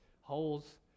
holes